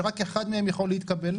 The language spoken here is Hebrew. שרק אחד מהם יכול להתקבל.